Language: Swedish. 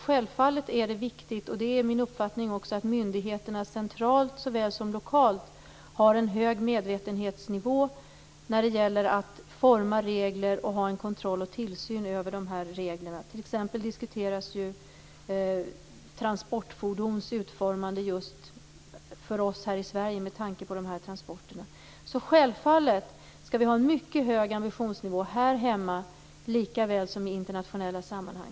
Självfallet är det viktigt, det är min uppfattning också, att myndigheterna centralt såväl som lokalt har en hög medvetenhetsnivå vad gäller att forma regler och ha en kontroll och tillsyn över reglerna. T.ex. diskuteras transportfordons utformande just för oss i Sverige med tanke på de här transporterna. Självfallet skall vi ha en mycket hög ambitionsnivå här hemma lika väl som i internationella sammanhang.